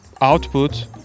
output